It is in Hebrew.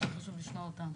יותר חשוב לשמוע אותם.